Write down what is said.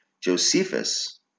Josephus